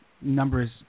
numbers